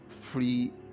free